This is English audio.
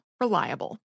reliable